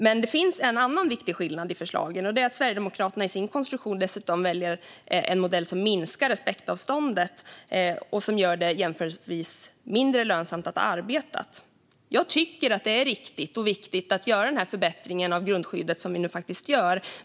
Men det finns en annan viktig skillnad i förslagen, och det är att Sverigedemokraterna i sin konstruktion dessutom väljer en modell som minskar respektavståndet och som gör det jämförelsevis mindre lönsamt att ha arbetat. Jag tycker att det är riktigt och viktigt att göra denna förbättring av grundskyddet som vi nu faktiskt gör.